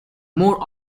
more